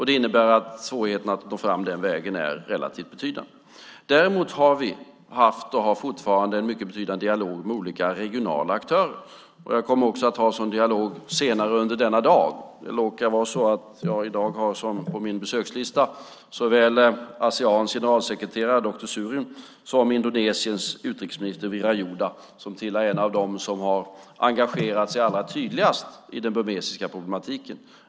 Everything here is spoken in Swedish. Det innebär att svårigheterna att nå fram den vägen är relativt betydande. Däremot har vi haft, och har fortfarande, en mycket betydande dialog med olika regionala aktörer. Jag kommer också att ha en sådan dialog senare under denna dag. Det råkar vara så att jag i dag på min besökslista har såväl Aseans generalsekreterare dr Surin som Indonesiens utrikesminister Wirajuda, en av dem som har engagerat sig allra tydligast i den burmesiska problematiken.